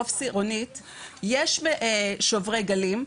יש שוברי גלים.